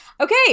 Okay